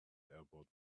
elbowed